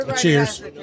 cheers